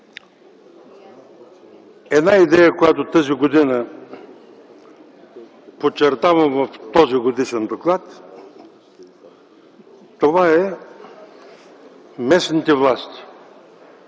Една идея, която тази година, подчертавам, в този годишен доклад, са местните власти